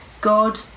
God